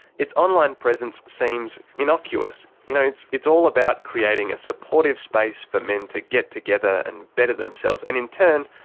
its online presence seems innocuous you know, it's all about creating a supportive space for men to get together and better themselves, and in turn,